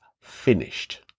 finished